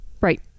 Right